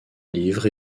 livres